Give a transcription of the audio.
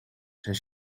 zijn